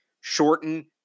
Shorten